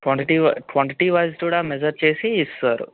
quantity quantity wise కూడా measure చేసి ఇస్తారు